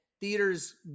theaters